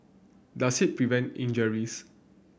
does it prevent injuries